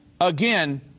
Again